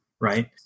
right